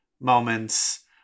moments